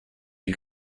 you